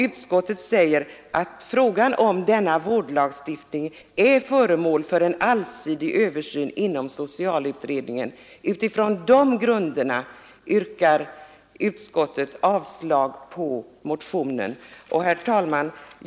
Utskottet säger att frågan om denna lagstiftning är föremål för en allsidig översyn inom socialutredningen. Utifrån de grunderna yrkar utskottet avslag på motionen. Herr talman!